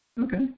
Okay